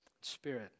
Spirit